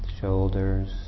shoulders